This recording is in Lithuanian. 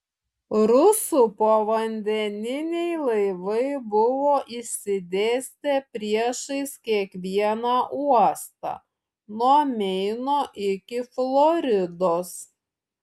rusų povandeniniai laivai buvo išsidėstę priešais kiekvieną uostą nuo meino iki floridos